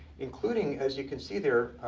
including, as you can see there,